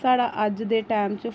साढ़ा अज्ज दे टैम च